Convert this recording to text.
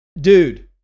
Dude